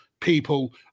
people